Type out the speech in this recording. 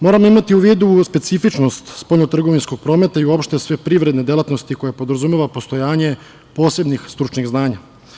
Moramo imati u vidu specifičnost spoljntrgovinskog prometa i uopšte sve privredne delatnosti koje podrazumevaju postojanje posebnih stručnih znanja.